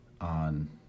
on